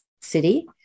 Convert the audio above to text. city